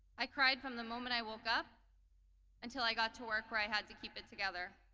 i cried from the moment i woke up until i got to work where i had to keep it together.